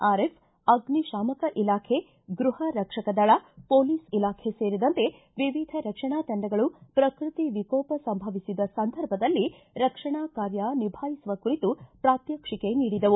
RF ಅಗ್ನಿಶಾಮಕ ಇಲಾಖೆ ಗೃಹ ರಕ್ಷಕದಳ ಪೊಲೀಸ್ ಇಲಾಖೆ ಸೇರಿದಂತೆ ವಿವಿಧ ರಕ್ಷಣಾ ತಂಡಗಳು ಪ್ರಕೃತಿ ವಿಕೋಪ ಸಂಭವಿಸಿದ ಸಂದರ್ಭದಲ್ಲಿ ರಕ್ಷಣಾ ಕಾರ್ಯ ನಿಭಾಯಿಸುವ ಕುರಿತು ಪ್ರಾತ್ಮ್ಷಿಕೆ ನೀಡಿದವು